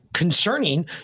concerning